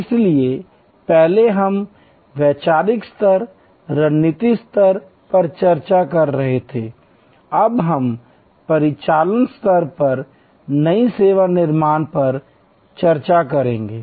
इसलिए पहले हम वैचारिक स्तर रणनीतिक स्तर पर चर्चा कर रहे थे अब हम परिचालन स्तर पर नई सेवा निर्माण पर चर्चा करेंगे